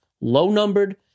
Low-numbered